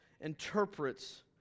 interprets